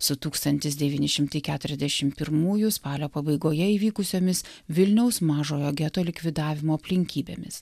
su tūkstantis devyni šimtai keturiasdešim pirmųjų spalio pabaigoje įvykusiomis vilniaus mažojo geto likvidavimo aplinkybėmis